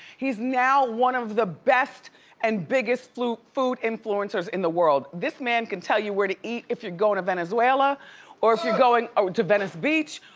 he's now one of the best and biggest food food influencers in the world. this man can tell you where to eat if you're going to venezuela or if you're going to venice beach,